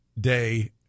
day